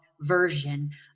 version